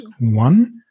one